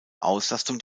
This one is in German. auslastung